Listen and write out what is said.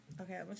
Okay